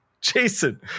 Jason